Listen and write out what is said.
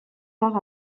tard